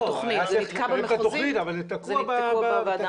לקדם את התוכנית אבל זה תקוע בוועדות.